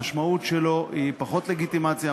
המשמעות שלו היא פחות לגיטימציה,